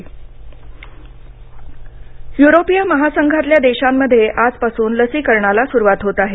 यु्रोप लसीकरण युरोपीय महासंघातल्या देशांमध्ये आजपासून लसीकरणाला सुरुवात होत आहे